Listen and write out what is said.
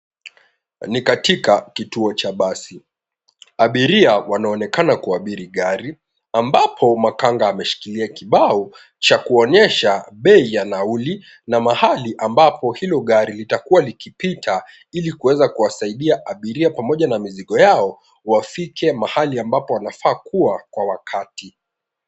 Ni katika kituo cha basi abiria wanaonekana kuabiri gari ambapo makanga ameshikilia kibao cha kuonyesha bei ya nauli na ambapo hilo gari litakuwa likipita ili kuweza kusaidia abiria pamoja na mizigo yao wafike mahali wanafaa kuwa kwa wakati.